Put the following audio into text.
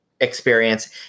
experience